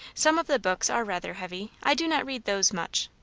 some of the books are rather heavy i do not read those much.